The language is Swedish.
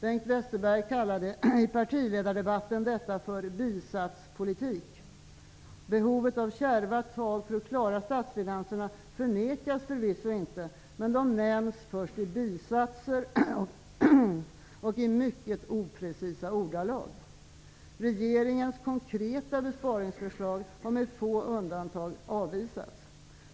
Bengt Westerberg kallade i partiledardebatten detta för bisatspolitik: Behovet av kärva tag för att klara statsfinanserna förnekas förvisso inte, men de nämns först i bisatser och i mycket oprecisa ordalag. Regeringens konkreta besparingsförslag har med få undantag avvisats.